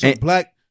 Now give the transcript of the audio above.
black